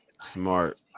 Smart